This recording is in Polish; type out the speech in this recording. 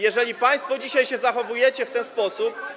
Jeżeli państwo dzisiaj się zachowujecie w ten sposób.